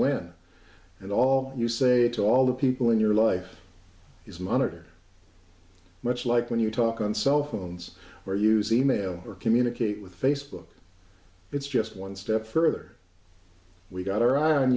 when and all you say to all the people in your life is monitor much like when you talk on cell phones or use e mail or communicate with facebook it's just one step further we've got our eye on